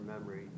memory